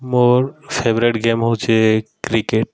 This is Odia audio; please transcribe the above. ମୋର୍ ଫେଭ୍ରେଟ୍ ଗେମ୍ ହେଉଛେ କ୍ରିକେଟ୍